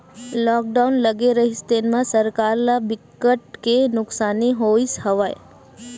lockdown लगे रिहिस तेन म सरकार ल बिकट के नुकसानी होइस हवय